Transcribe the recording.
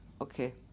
Okay